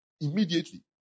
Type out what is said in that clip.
Immediately